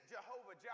Jehovah